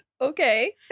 Okay